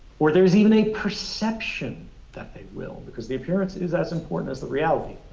or there's even a perception that they will because the appearance is as important as the reality,